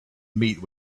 meet